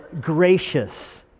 gracious